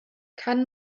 kann